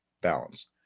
balance